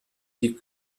die